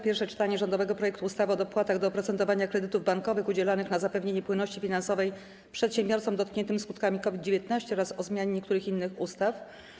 Pierwsze czytanie rządowego projektu ustawy o dopłatach do oprocentowania kredytów bankowych udzielanych na zapewnienie płynności finansowej przedsiębiorcom dotkniętym skutkami COVID-19 oraz o zmianie niektórych innych ustaw.